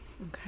Okay